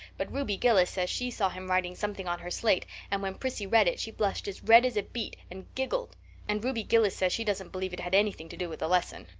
but ruby gillis says she saw him writing something on her slate and when prissy read it she blushed as red as a beet and giggled and ruby gillis says she doesn't believe it had anything to do with the lesson.